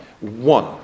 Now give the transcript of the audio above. One